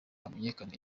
hamenyekane